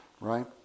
right